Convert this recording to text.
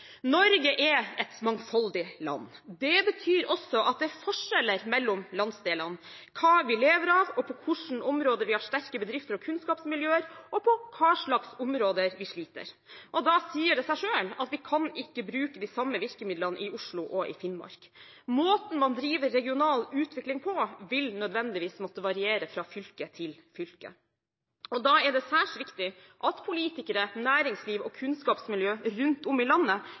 Norge er et mangfoldig land. Det betyr også at det er forskjeller mellom landsdelene når det gjelder hva vi lever av, på hvilke områder vi har sterke bedrifter og kunnskapsmiljøer og på hvilke områder vi sliter. Da sier det seg selv at vi ikke kan bruke de samme virkemidlene i Oslo som i Finnmark. Måten man driver regional utvikling på, vil nødvendigvis måtte variere fra fylke til fylke. Da er det særs viktig at politikere, næringsliv og kunnskapsmiljø rundt omkring i landet